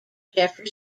jeffrey